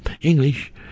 English